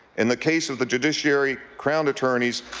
in the case of the judiciary crown attorneys,